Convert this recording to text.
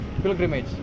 Pilgrimage